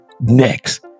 next